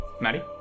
Maddie